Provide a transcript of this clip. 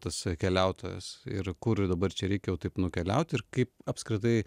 tas keliautojas ir kur dabar čia reikia jau taip nukeliauti ir kaip apskritai